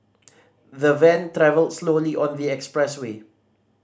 the van travelled slowly on the expressway